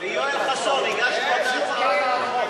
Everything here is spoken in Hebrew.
ויואל חסון, הגשנו את הצעת החוק.